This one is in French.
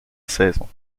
saison